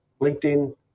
LinkedIn